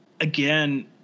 again